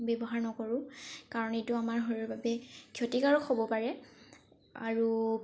ব্যৱহাৰ নকৰো কাৰণ এইটো আমাৰ শৰীৰৰ বাবে ক্ষতিকাৰক হ'ব পাৰে আৰু